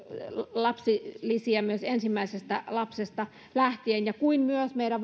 lapsilisiä myös ensimmäisestä lapsesta lähtien meidän